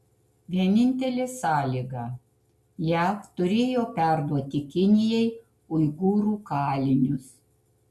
vienintelė sąlyga jav turėjo perduoti kinijai uigūrų kalinius